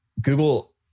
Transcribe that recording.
Google